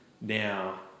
now